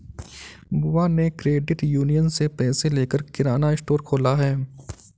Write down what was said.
बुआ ने credit union से पैसे लेकर किराना स्टोर खोला है